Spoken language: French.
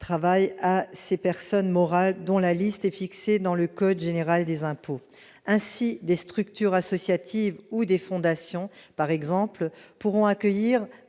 travail à ces personnes morales dont la liste est fixé dans le code général des impôts ainsi des structures associatives ou des fondations, par exemple, pourront accueillir